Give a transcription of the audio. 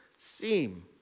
seem